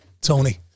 Tony